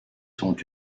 sont